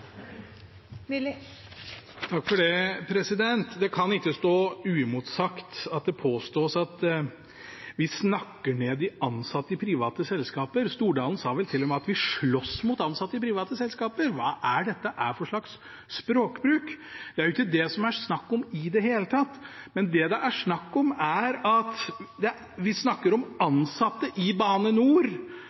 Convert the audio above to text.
Myrli har hatt ordet to ganger tidligere og får ordet til en kort merknad, begrenset til 1 minutt. Det kan ikke stå uimotsagt når det påstås at vi snakker ned de ansatte i private selskaper. Stordalen sa vel til og med at vi slåss mot ansatte i private selskaper. Hva slags språkbruk er dette? Det er jo ikke det det er snakk om! Vi snakker om ansatte i Bane NOR,